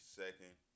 second